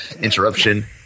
Interruption